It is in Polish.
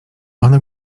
one